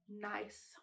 nice